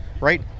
right